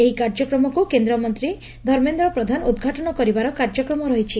ଏହି କାର୍ଯ୍ୟକ୍ରମକୁ କେନ୍ଦ୍ରମନ୍ତୀ ଧର୍ମେନ୍ଦ୍ର ପ୍ରଧାନ ଉଦ୍ଘାଟନ କରିବାର କାର୍ଯ୍ୟକ୍ରମ ରହିଛି